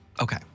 Okay